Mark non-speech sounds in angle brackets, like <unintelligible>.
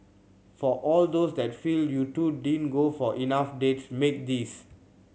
for all those that feel you two don't <unintelligible> for enough dates make this